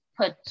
put